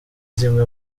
zimwe